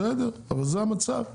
בסדר, אבל זה המצב.